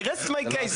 I rest my case.